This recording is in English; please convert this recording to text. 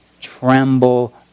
tremble